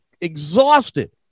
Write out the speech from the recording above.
exhausted